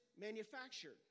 manufactured